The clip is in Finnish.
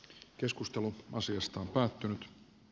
keskustelu asiasta on päättynyt